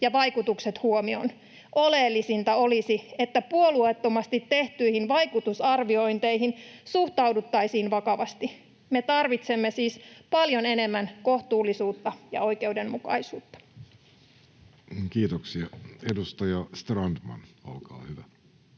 ja vaikutukset huomioon. Oleellisinta olisi, että puolueettomasti tehtyihin vaikutusarviointeihin suhtauduttaisiin vakavasti. Me tarvitsemme siis paljon enemmän kohtuullisuutta ja oikeudenmukaisuutta. [Speech 771] Speaker: